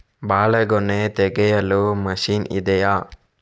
ಬಾಳೆಗೊನೆ ತೆಗೆಯಲು ಮಷೀನ್ ಇದೆಯಾ?